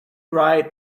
ride